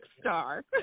star